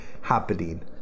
happening